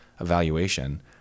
evaluation